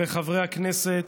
וחברי הכנסת,